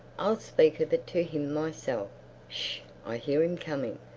i'll speak of it to him myself sh! i hear him coming.